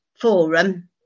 forum